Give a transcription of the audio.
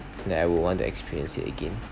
that I would want to experience it again